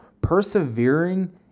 Persevering